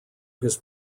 his